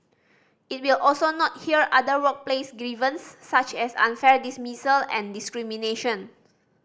it will also not hear other workplace grievances such as unfair dismissal and discrimination